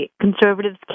conservatives